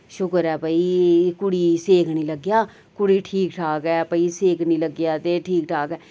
शुक्र ऐ भई कुड़ी ही सेक नि लग्गेआ कुड़ी ठीक ठाक ऐ भई सेक नि लग्गेआ ते ठीक ठाक ऐ